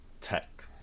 tech